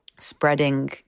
Spreading